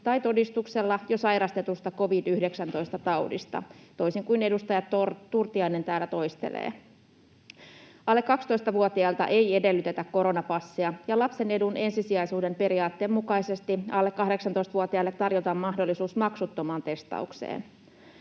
tai todistuksella jo sairastetusta covid-19-taudista, toisin kuin edustaja Turtiainen täällä toistelee. Alle 12-vuotiailta ei edellytetä koronapassia, ja lapsen edun ensisijaisuuden periaatteen mukaisesti alle 18-vuotiaille tarjotaan mahdollisuus maksuttomaan testaukseen.